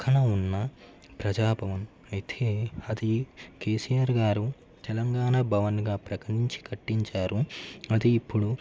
పక్కన ఉన్న ప్రజాభవన్ అయితే అది కేసీఆర్ గారు తెలంగాణ భవన్గా ప్రకటించి కట్టించారు అది ఇప్పుడు